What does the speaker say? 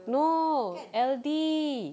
no L_D